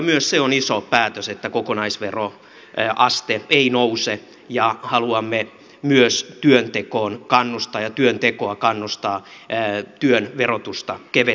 myös se on iso päätös että kokonaisveroaste ei nouse ja haluamme myös työntekoon kannustaa ja työntekoa kannustaa työn verotusta keventämällä